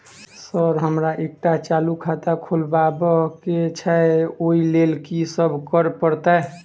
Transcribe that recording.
Sir हमरा एकटा चालू खाता खोलबाबह केँ छै ओई लेल की सब करऽ परतै?